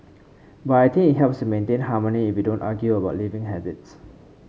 but helps to maintain harmony if we don't argue about living habits